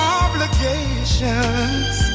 obligations